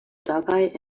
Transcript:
dabei